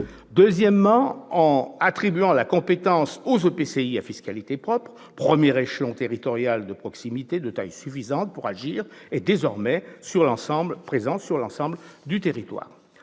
loi a ensuite attribué la compétence GEMAPI aux EPCI à fiscalité propre, premier échelon territorial de proximité de taille suffisante pour agir et désormais présents sur l'ensemble du territoire